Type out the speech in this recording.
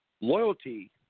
loyalty